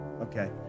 Okay